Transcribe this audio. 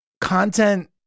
content